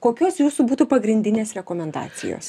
kokios jūsų būtų pagrindinės rekomendacijos